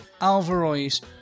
Alvarez